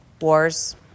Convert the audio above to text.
Wars